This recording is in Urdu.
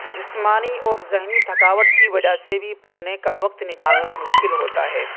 جسمانی اور ذہنی تھکاوٹ کی وجہ سے بھی پڑھنے کا وقت نکالنا مشکل ہوتا ہے